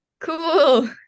Cool